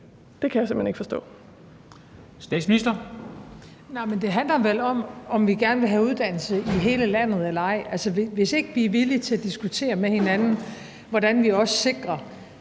Statsministeren. Kl. 13:54 Statsministeren (Mette Frederiksen): Det handler vel om, om vi gerne vil have uddannelser i hele landet eller ej. Hvis ikke vi er villige til at diskutere med hinanden, hvordan vi sikrer,